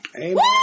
Amen